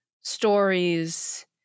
stories